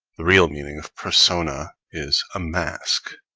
the real meaning of persona is a mask,